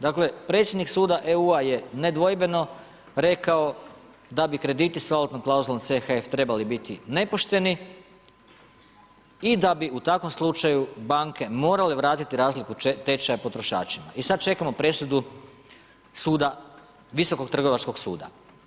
Dakle, predsjednik suda EU, je nedvojbeno rekao, da bi krediti sa valutnom klauzulom CHF trebali biti nepošteni i da bi u takvom slučaju banke morale vratiti razliku tečaja potrošačima i sada čekamo presudu suda Visokog trgovačkog suda.